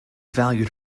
valued